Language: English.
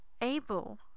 able